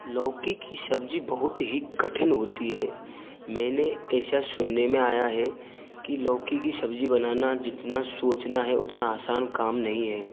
लौकी की सब्जी बहुत ही कठिन होती है मैंने ऐसा सुनने में आया है कि लौकी की सब्जी बनाना जितना सोचना है उतना आसान काम नहीं है